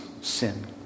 sin